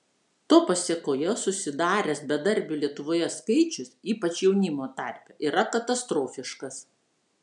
to pasėkoje susidaręs bedarbių lietuvoje skaičius ypač jaunimo tarpe yra katastrofiškas